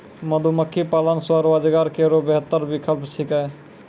मधुमक्खी पालन स्वरोजगार केरो बेहतर विकल्प छिकै